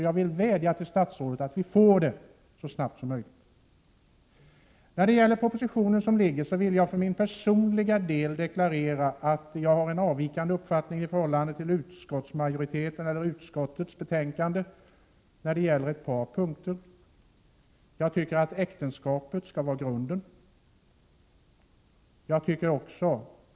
Jag vill vädja till statsrådet att vi får den så snart som möjligt. 55 När det gäller den framlagda propositionen vill jag för min personliga del deklarera att jag har en avvikande uppfattning i förhållande till utskottets på ett par punkter. Jag tycker att äktenskapet skall vara grunden.